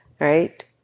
right